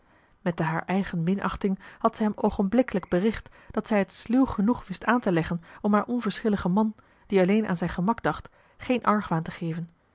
met de haar eigen minachting had zij hem oogenblikkelijk bericht dat zij het sluw genoeg wist aanteleggen om haar onverschilligen man die alleen aan zijn gemak dacht geen argwaan te geven